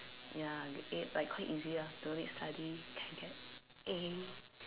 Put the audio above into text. ya get A like quite easy ah don't need study can get A